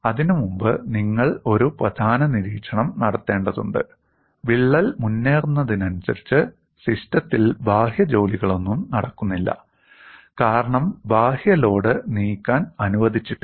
അതിനുമുമ്പ് നിങ്ങൾ ഒരു പ്രധാന നിരീക്ഷണം നടത്തേണ്ടതുണ്ട് വിള്ളൽ മുന്നേറുന്നതിനനുസരിച്ച് സിസ്റ്റത്തിൽ ബാഹ്യ ജോലികളൊന്നും നടക്കുന്നില്ല കാരണം ബാഹ്യ ലോഡ് നീക്കാൻ അനുവദിച്ചിട്ടില്ല